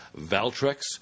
Valtrex